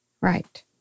Right